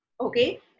Okay